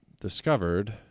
discovered